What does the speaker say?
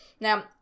Now